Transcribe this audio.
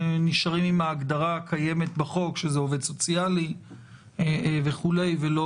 נשארים עם ההגדרה הקיימת בחוק שזה עובד סוציאלי וכו' ולא